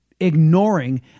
ignoring